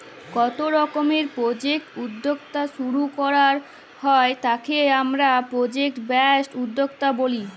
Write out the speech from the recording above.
call রকমের project উদ্যক্তা শুরু করাক হ্যয় তাকে হামরা প্রজেক্ট বেসড উদ্যক্তা ব্যলি